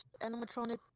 animatronic